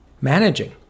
managing